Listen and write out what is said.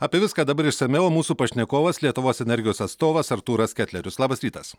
apie viską dabar išsamiau mūsų pašnekovas lietuvos energijos atstovas artūras ketlerius labas rytas